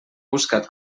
buscat